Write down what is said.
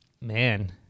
Man